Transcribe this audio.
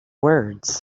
words